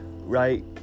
right